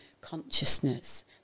consciousness